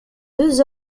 deux